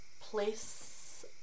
Place